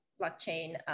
blockchain